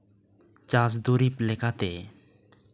ᱢᱩᱲᱩᱫ ᱪᱟᱥ ᱫᱩᱨᱤᱵᱽ ᱞᱮᱠᱟᱛᱮ